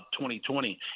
2020